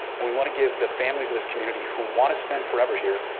and we want to give the families of this community who want to spend forever here,